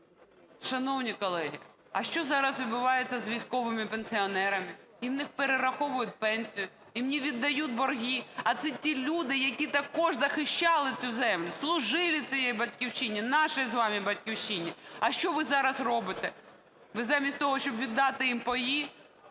Шановні колеги, а що зараз відбувається з військовими пенсіонерами? Їм не перераховують пенсію, їм не віддають борги. А це ті люди, які також захищали цю землю, служили цій Батьківщині, нашій з вами Батьківщині. А що ви зараз робите? Ви замість того, щоб віддати їм паї,